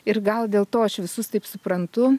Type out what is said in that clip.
ir gal dėl to aš visus taip suprantu